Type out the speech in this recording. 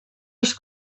els